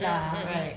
mm mmhmm